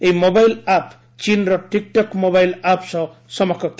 ଏହି mobile app ଚୀନ୍ର TikTok mobile app ସହ ସମକକ୍ଷ